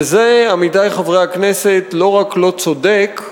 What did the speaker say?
וזה, עמיתי חברי הכנסת, לא רק לא צודק,